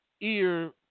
Ear